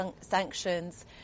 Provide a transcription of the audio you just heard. sanctions